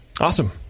Awesome